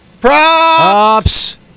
Props